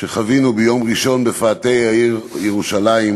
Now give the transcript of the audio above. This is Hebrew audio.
שחווינו ביום ראשון בפאתי העיר ירושלים,